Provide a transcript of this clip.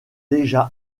déjà